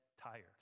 tired